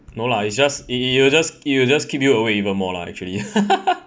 no lah it's just you just you just keep you awake even more lah actually